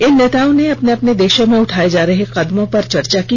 इन नेताओं ने अपने अपने देशों में उठाए जा रहे कदमों पर चर्चा की